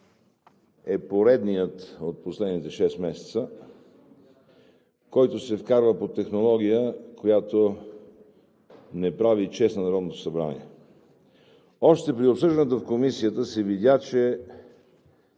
е поредният от последните шест месеца, който се вкарва по технология, която не прави чест на Народното събрание. Още при обсъждането в Комисията се видя, че